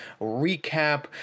recap